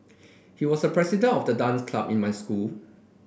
he was the president of the dance club in my school